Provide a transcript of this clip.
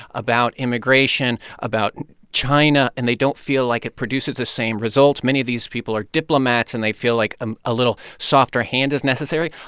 about immigration, about china, and they don't feel like it produces the same results. many of these people are diplomats, and they feel like a ah little softer hand is necessary.